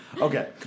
Okay